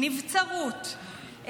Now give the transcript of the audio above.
נבצרות,